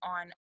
on